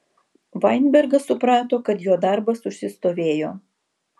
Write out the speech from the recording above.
vainbergas suprato kad jo darbas užsistovėjo